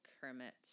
Kermit